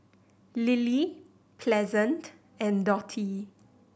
Lily Pleasant and Dottie